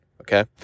Okay